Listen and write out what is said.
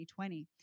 2020